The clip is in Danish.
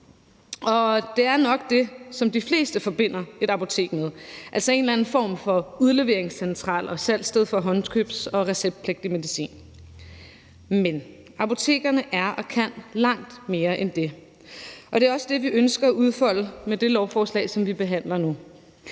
Det er nok det, som de fleste forbinder et apotek med, altså en eller anden form for udleveringscentral og salgssted for håndkøbsmedicin og receptpligtig medicin. Men apotekerne er og kan langt mere end det, og det er også det, vi ønsker at udfolde med det lovforslag, som vi behandler nu.